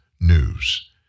news